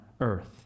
earth